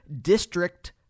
District